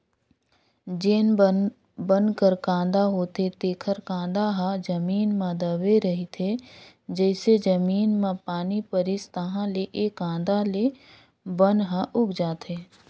जेन बन कर कांदा होथे तेखर कांदा ह जमीन म दबे रहिथे, जइसे जमीन म पानी परिस ताहाँले ले कांदा ले बन ह उग जाथे